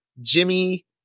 jimmy